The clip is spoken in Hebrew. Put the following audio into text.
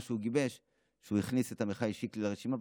שהוא גיבש זה שהוא הכניס את עמיחי שיקלי לרשימה,